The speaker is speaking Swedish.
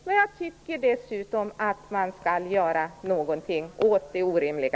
Men jag tycker dessutom att man skall göra någonting åt det orimliga!